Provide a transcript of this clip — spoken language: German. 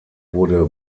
wurde